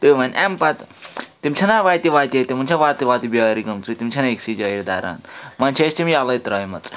تہٕ ونۍ اَمہِ پَتہٕ تِم چھِنا وَتہِ وَتہِ تِمن چھِ وَتہِ وَتہٕ بیارِ گمژٕ تِم چھِنہٕ أکسٕے جایہِ دَران وۄنۍ چھِ أسۍ تِم یَلَے ترٛٲیمٕژ